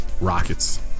Rockets